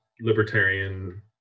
libertarian